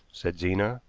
said zena,